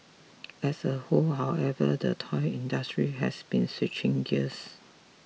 as a whole however the toy industry has been switching gears